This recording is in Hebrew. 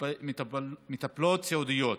מטפלות סיעודיות.